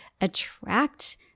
attract